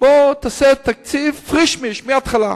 בוא תעשה תקציב פריש-מיש, מההתחלה.